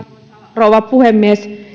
rouva puhemies